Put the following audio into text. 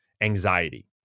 anxiety